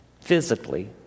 physically